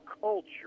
culture